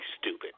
stupid